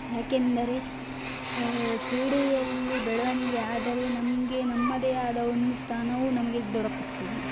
ಏಕೆಂದರೆ ಕ್ರೀಡೆಯಲ್ಲಿ ಬೆಳವಣಿಗೆ ಆದರೆ ನಮಗೆ ನಮ್ಮದೇ ಆದ ಒಂದು ಸ್ಥಾನವೂ ನಮಗೆ ದೊರಕುತ್ತದೆ